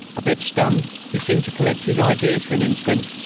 a bit stunned, he seemed to collect his ideas for an instant,